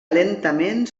lentament